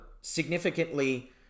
significantly